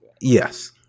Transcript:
yes